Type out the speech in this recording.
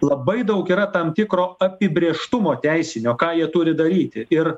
labai daug yra tam tikro apibrėžtumo teisinio ką jie turi daryti ir